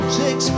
six